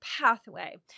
pathway